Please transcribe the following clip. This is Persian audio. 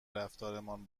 رفتارمان